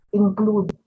include